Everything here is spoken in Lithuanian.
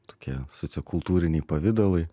tokie sociokultūriniai pavidalai